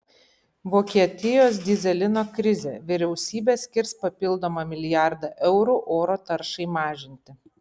vokietijos dyzelino krizė vyriausybė skirs papildomą milijardą eurų oro taršai mažinti